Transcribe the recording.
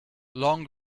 long